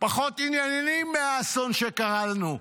פחות ענייניים מהאסון שקרה לנו.